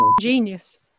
genius